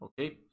okay